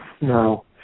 No